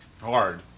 Hard